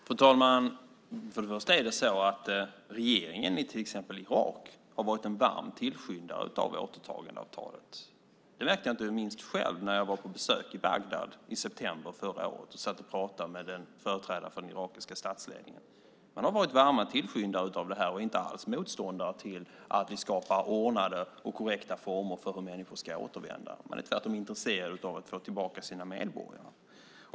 Fru talman! Regeringen i Irak har varit en varm tillskyndare av återtagandeavtalet. Det märkte jag inte minst själv när jag var på besök i Bagdad i september förra året och satt och pratade med en företrädare för den irakiska statsledningen. Man har varit varma tillskyndare av det här och inte alls motståndare till att vi skapar ordnade och korrekta former för hur människor ska återvända. Man är tvärtom intresserad av att få tillbaka sina medborgare.